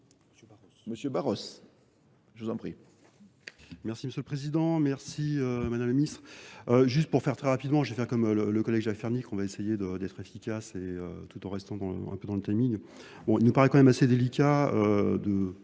d'une discussion commune. Merci monsieur le Président, merci Madame le Ministre. Juste pour faire très rapidement, je vais faire comme le collègue Jacques Fernic, on va essayer d'être efficace et tout en restant un peu dans le timing. Bon, il nous paraît quand même assez délicat de